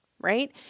right